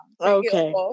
okay